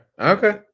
Okay